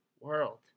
world